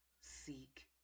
seek